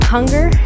Hunger